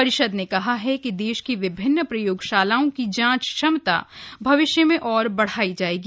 परिषद ने कहा है कि देश की विभिन्न प्रयोगशालाओं की जांच क्षमता भविष्य में और बढाई जाएगी